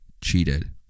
cheated